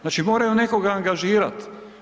Znači moraju nekoga angažirat.